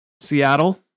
Seattle